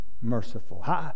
merciful